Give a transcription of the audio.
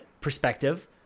perspective